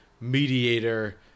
mediator